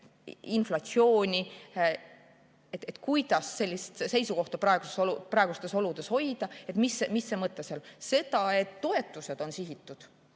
inflatsiooni, sellist seisukohta praegustes oludes hoida ja mis see mõte sel on. See, et toetused on sihitud